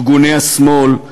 ארגוני השמאל,